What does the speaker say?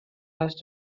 les